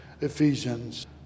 Ephesians